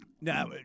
Now